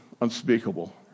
unspeakable